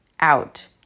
out